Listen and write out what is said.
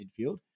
midfield